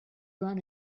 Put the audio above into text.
run